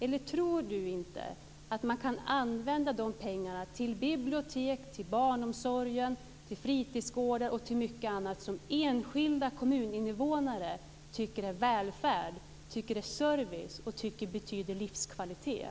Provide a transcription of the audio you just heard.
Tror han inte att man kan använda de pengarna till bibliotek, till barnomsorg, till fritidsgårdar och till mycket annat som enskilda kommuninvånare tycker är välfärd, service och livskvalitet?